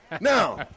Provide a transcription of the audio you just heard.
Now